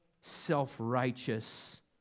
self-righteous